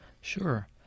sure